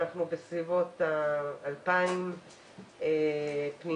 בסביבות 2,000 פניות.